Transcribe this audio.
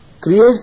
creates